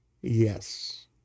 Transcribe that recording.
Yes